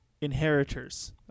inheritors